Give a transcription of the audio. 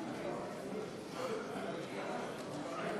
תנאי סף להשתתפות במכרז),